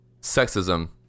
sexism